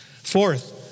Fourth